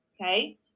okay